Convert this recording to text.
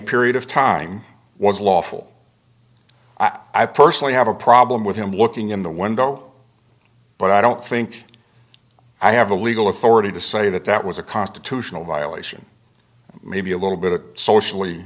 period of time was lawful i personally have a problem with him looking in the window but i don't think i have the legal authority to say that that was a constitutional violation maybe a little bit of socially